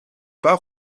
pas